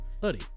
Hoodie